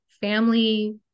family